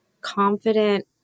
confident